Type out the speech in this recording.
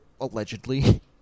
allegedly